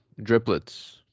driplets